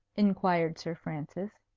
inquired sir francis.